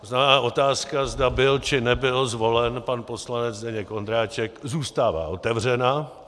To znamená otázka, zda byl, či nebyl zvolen pan poslanec Zdeněk Ondráček, zůstává otevřena.